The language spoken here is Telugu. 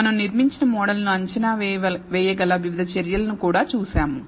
మనం నిర్మించిన మోడల్ ను అంచనా వేయగల వివిధ చర్యలను కూడా చూశాము